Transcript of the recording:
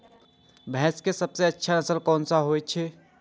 भैंस के सबसे अच्छा नस्ल कोन होय छे?